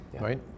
right